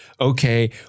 Okay